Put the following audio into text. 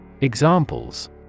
Examples